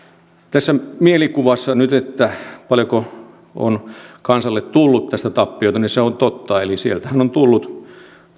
nyt tämä mielikuva siitä paljonko kansalle on tullut tästä tappiota on totta eli sitähän on tullut